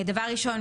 דבר ראשון,